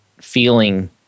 feeling